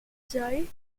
sei